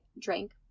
drank